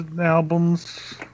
albums